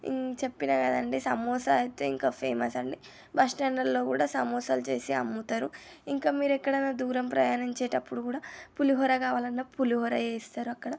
చెప్పినా కదండీ సమోసా అయితే ఇంకా ఫేమస్ అండి బస్టాండుల్లో కూడా సమోసాలు చేసి అమ్ముతారు ఇంకా మీరు ఎక్కడన్నా దూరం ప్రయాణించేటప్పుడు కూడా పులిహోర కావాలన్నా పులిహోర చేస్తారు అక్కడ